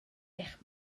eich